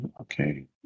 Okay